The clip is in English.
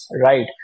Right